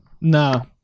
No